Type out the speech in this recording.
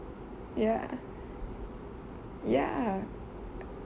ya ya